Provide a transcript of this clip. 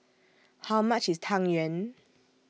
How much IS Tang Yuen